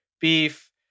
Beef